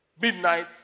midnight